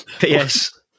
Yes